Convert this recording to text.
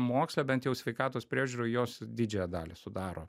moksle bent jau sveikatos priežiūroj jos didžiąją dalį sudaro